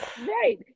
right